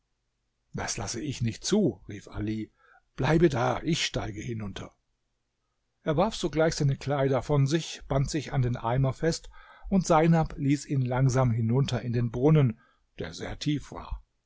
das lasse ich nicht zu rief ali bleibe da ich steige hinunter er warf sogleich seine kleider von sich band sich an den eimer fest und seinab ließ ihn langsam hinunter in den brunnen der sehr tief war